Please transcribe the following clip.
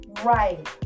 Right